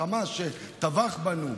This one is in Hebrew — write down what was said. החמאס שטבח בנו,